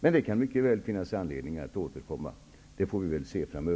Men det kan mycket väl finnas anledning att återkomma. Det får vi väl se framöver.